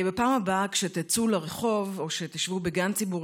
בפעם הבאה כשתצאו לרחוב או כשתשבו בגן ציבורי